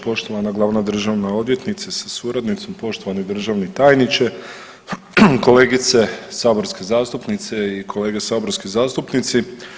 Poštovana glavna državna odvjetnice sa suradnicom, poštovani državni tajniče, kolegice saborske zastupnice i kolege saborski zastupnici.